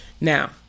Now